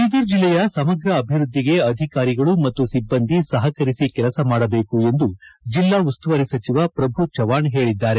ಬೀದರ್ ಜಿಲ್ಲೆಯ ಸಮಗ್ರ ಅಭಿವೃದ್ದಿಗೆ ಅಧಿಕಾರಿಗಳು ಮತ್ತು ಸಿಬ್ಬಂದಿ ಸಹಕರಿಸಿ ಕೆಲಸ ಮಾಡಬೇಕು ಎಂದು ಜಿಲ್ಲಾ ಉಸ್ತುವಾರಿ ಸಚಿವ ಪ್ರಭು ಚೌಹಾಣ್ ಹೇಳಿದ್ದಾರೆ